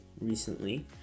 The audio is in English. recently